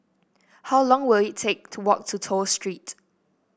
how long will it take to walk to Toh Street